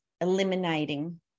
eliminating